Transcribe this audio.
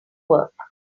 work